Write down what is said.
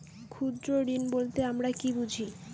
ক্ষুদ্র ঋণ বলতে আমরা কি বুঝি?